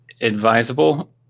advisable